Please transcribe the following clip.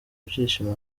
ibyishimo